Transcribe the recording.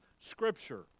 Scripture